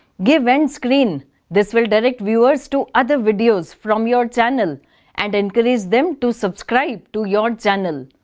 give end screens this will direct viewers to other videos from your channel and encourage them to subscribe to your channel.